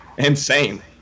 Insane